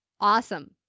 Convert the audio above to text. Awesome